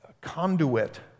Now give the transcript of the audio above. conduit